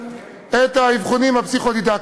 את ההוצאות של האבחונים הפסיכו-דידקטיים.